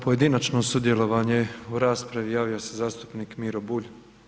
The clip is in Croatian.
Za pojedinačno sudjelovanje u raspravi javio se zastupnik Miro Bulj.